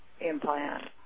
implant